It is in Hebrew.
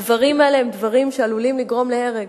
הדברים האלה הם דברים שעלולים לגרום להרג,